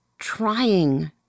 trying